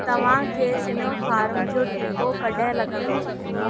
तव्हांखे स्नोफॉर्म जो टीको कॾहिं लॻंदो